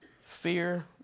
Fear